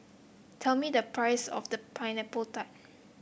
tell me the price of the Pineapple Tart